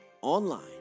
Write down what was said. online